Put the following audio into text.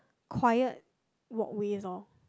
quiet walkways lor